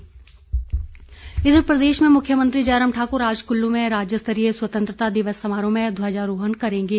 स्वतंत्रता दिवस इधर प्रदेश में मुख्यमंत्री जयराम ठाकुर आज कुल्लू में राज्य स्तरीय स्वतंत्रता दिवस समारोह में ध्वजारोहण करेंगे